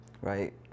right